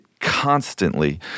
constantly